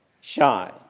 shy